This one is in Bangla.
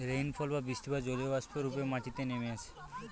রেইনফল বা বৃষ্টিপাত জলীয়বাষ্প রূপে মাটিতে নেমে আসে